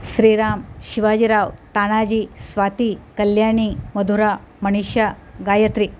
Shriram Shivajirao Tanaji Swati Kalyani Madhura Manisha Gayatri